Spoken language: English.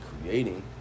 creating